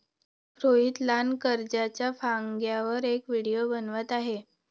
रोहित लहान कर्जच्या फायद्यांवर एक व्हिडिओ बनवत आहे